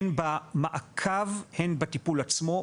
הן במעקב, הן בטיפול עצמו.